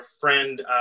friend